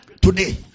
Today